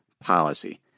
policy